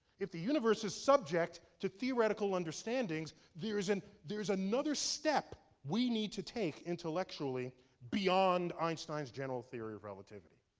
if the universe is subject to theoretical understandings, there is and there is another step we need to take intellectually beyond einstein's general theory of relativity.